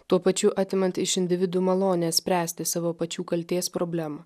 tuo pačiu atimant iš individų malonę spręsti savo pačių kaltės problemą